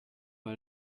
pas